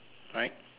right